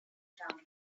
found